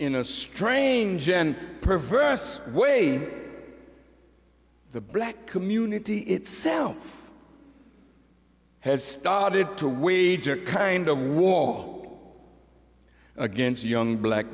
in a strange and perverse way the black community itself has started to we kind of wall against a young black